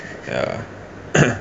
ya